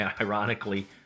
ironically